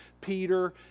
Peter